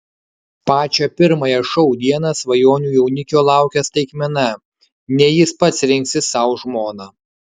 pačią pirmąją šou dieną svajonių jaunikio laukia staigmena ne jis pats rinksis sau žmoną